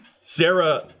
Sarah